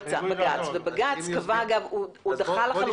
בג"ץ, ודחה לחלוטין את רעיון ההרחבה.